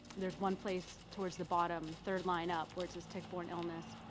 there's one place towards the bottom, third line up where it says tick-borne illness.